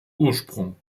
ursprung